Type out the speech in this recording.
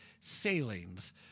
sailings